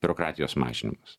biurokratijos mažinimas